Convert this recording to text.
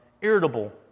irritable